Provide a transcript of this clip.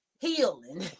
Healing